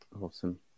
awesome